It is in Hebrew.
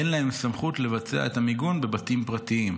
אין להם סמכות לבצע את המיגון בבתים פרטיים.